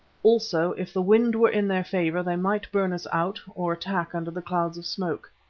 also if the wind were in their favour, they might burn us out or attack under the clouds of smoke.